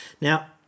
Now